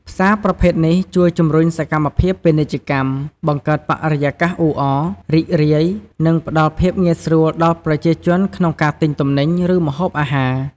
ផ្សារប្រភេទនេះ ជួយជំរុញសកម្មភាពពាណិជ្ជកម្ម បង្កើតបរិយាកាសអ៊ូអរ រីករាយ និងផ្ដល់ភាពងាយស្រួលដល់ប្រជាជនក្នុងការទិញទំនិញ ឬម្ហូបអាហារ។